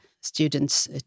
students